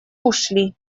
ушли